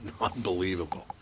unbelievable